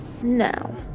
now